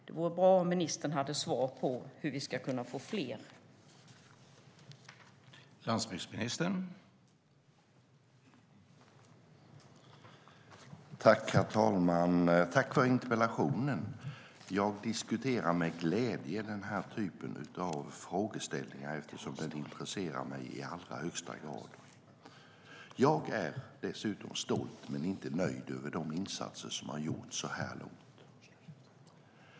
Det vore bra om ministern hade svar på hur vi ska kunna få fler jobb där.